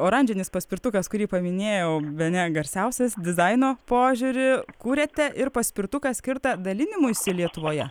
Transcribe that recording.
oranžinis paspirtukas kurį paminėjau bene garsiausias dizaino požiūriu kūrėte ir paspirtuką skirtą dalinimuisi lietuvoje